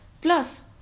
plus